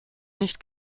nicht